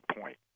point